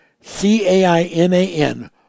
C-A-I-N-A-N